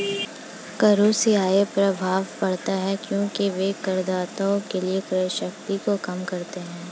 करों से आय प्रभाव पड़ता है क्योंकि वे करदाताओं के लिए क्रय शक्ति को कम करते हैं